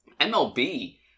MLB